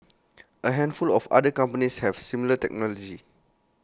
A handful of other companies have similar technology